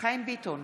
חיים ביטון,